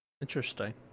Interesting